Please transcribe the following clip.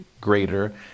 greater